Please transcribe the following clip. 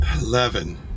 Eleven